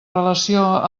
relació